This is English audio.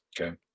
Okay